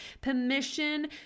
permission